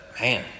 Man